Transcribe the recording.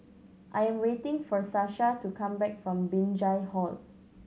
I am waiting for Sasha to come back from Binjai Hill